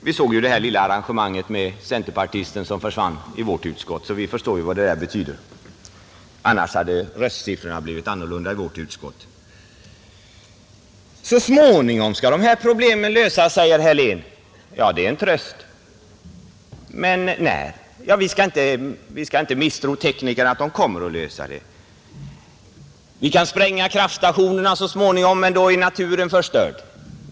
Vi såg det här lilla arrangemanget med centerpartisten som försvann i vårt utskott, och vi förstår vad det betyder — annars hade röstsiffrorna blivit annorlunda i utskottet. Så småningom skall de här problemen lösas, säger herr Helén. Ja, det är en tröst, men när? Vi skall inte misstro teknikerna, de kommer att lösa det. Vi kan spränga vattenkraftstationerna så småningom, men då är naturen förstörd.